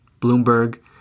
Bloomberg